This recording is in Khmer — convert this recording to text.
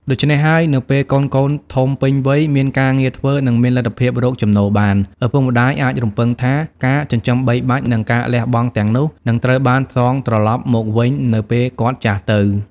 ដូច្នេះហើយ នៅពេលកូនៗធំពេញវ័យ មានការងារធ្វើ និងមានលទ្ធភាពរកចំណូលបាន ឪពុកម្ដាយអាចរំពឹងថាការចិញ្ចឹមបីបាច់ និងការលះបង់ទាំងនោះនឹងត្រូវបានសងត្រឡប់មកវិញនៅពេលគាត់ចាស់ទៅ។